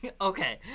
Okay